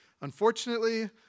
Unfortunately